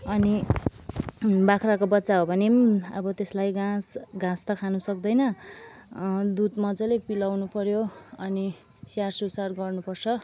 अनि बाख्राको बच्चा हो भने पनि अब त्यसलाई घाँस घाँस त खानु सक्दैन दध मजाले पिलाउनु पऱ्यो अनि स्याहार सुसार गर्नु पर्छ